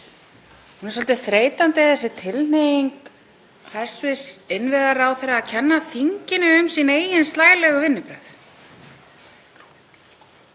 Hún er svolítið þreytandi þessi tilhneiging hæstv. innviðaráðherra að kenna þinginu um eigin slælegu vinnubrögð.